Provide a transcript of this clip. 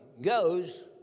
goes